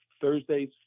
Thursday's